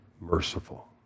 merciful